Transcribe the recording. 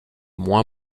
moins